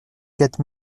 quatre